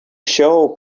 show